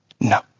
no